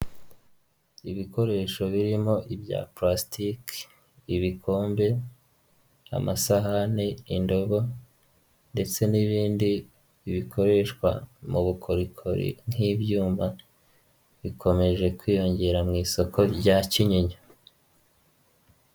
Ibikoresho birimo ibya purastike ibikombe, amasahani, indobo ndetse n'ibindi bikoreshwa mu bukorikori nk'ibyuma bikomeje kwiyongera mu isoko rya Kinyinya.